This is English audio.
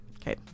Okay